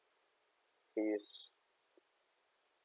he's